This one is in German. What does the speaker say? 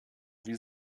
wie